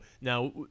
now